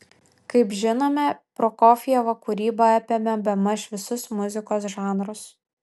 kaip žinome prokofjevo kūryba apėmė bemaž visus muzikos žanrus